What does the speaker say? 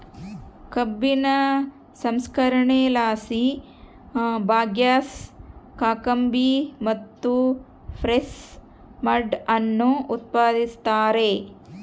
ಕಬ್ಬಿನ ಸಂಸ್ಕರಣೆಲಾಸಿ ಬಗ್ಯಾಸ್, ಕಾಕಂಬಿ ಮತ್ತು ಪ್ರೆಸ್ ಮಡ್ ಅನ್ನು ಉತ್ಪಾದಿಸುತ್ತಾರೆ